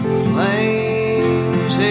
flames